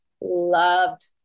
loved